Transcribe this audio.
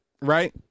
Right